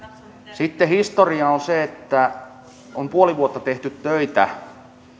sitten historia on se että on puoli vuotta tehty töitä